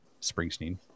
Springsteen